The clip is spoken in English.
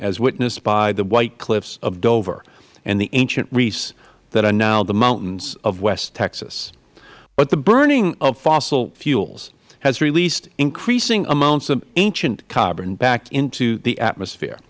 as witnessed by the white cliffs of dover and the ancient reefs that are now the mountains of west texas but the burning of fossil fuels has released increasing amounts of ancient carbon back into the atmosphere